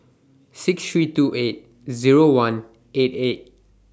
six three two eight Zero one eight eight